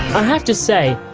i have to say,